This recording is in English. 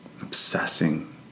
Obsessing